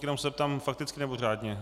Jenom se zeptám: Fakticky, nebo řádně?